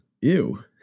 Ew